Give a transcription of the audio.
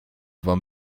wam